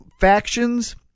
factions